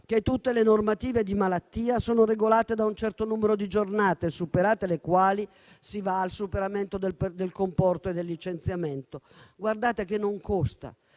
tutte le normative di malattia sono regolate da un certo numero di giornate, superate le quali si va al superamento del comporto e al licenziamento. Guardate che non costa,